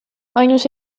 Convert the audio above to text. ainus